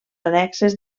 annexes